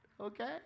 Okay